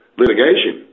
litigation